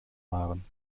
waren